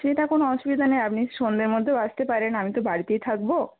সেটা কোনও অসুবিধা নেই আপনি সন্ধ্যের মধ্যেও আসতে পারেন আমি তো বাড়িতেই থাকব